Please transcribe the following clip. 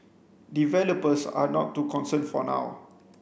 developers are not too concerned for now